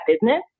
business